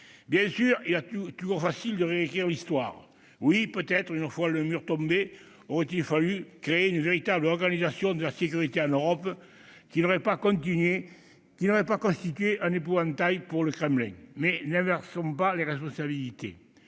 Bien sûr, il est toujours facile de réécrire l'Histoire. Oui, peut-être, une fois le mur tombé, aurait-il fallu créer une véritable organisation de la sécurité en Europe qui n'aurait pas constitué un épouvantail pour le Kremlin. Mais n'inversons pas les responsabilités